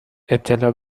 ابتلا